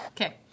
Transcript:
Okay